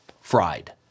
fried